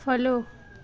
follow